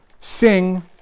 sing